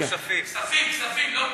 כשזה מגיע ליועץ,